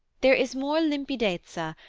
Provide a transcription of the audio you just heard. there is more limpidezza,